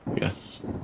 Yes